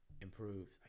improved